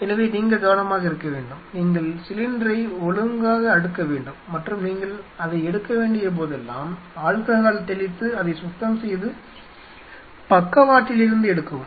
எனவே நீங்கள் கவனமாக இருக்க வேண்டும் நீங்கள் சிலிண்டரை ஒழுங்காக அடுக்க வேண்டும் மற்றும் நீங்கள் அதை எடுக்க வேண்டிய போதெல்லாம் ஆல்கஹால் தெளித்து அதை சுத்தம் செய்து பக்கவாட்டிலிருந்து எடுக்கவும்